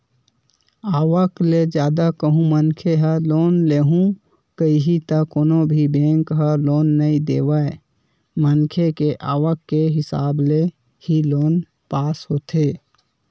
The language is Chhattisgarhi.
आवक ले जादा कहूं मनखे ह लोन लुहूं कइही त कोनो भी बेंक ह लोन नइ देवय मनखे के आवक के हिसाब ले ही लोन पास होथे